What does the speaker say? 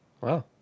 Wow